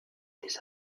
des